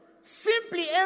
simply